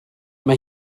mae